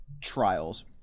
trials